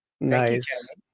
nice